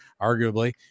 arguably